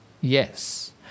Yes